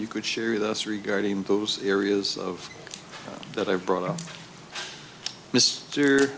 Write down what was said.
you could share with us regarding those areas of that i brought up mr